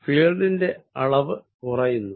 മേഖലയുടെ അളവ് കുറയുന്നു